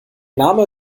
name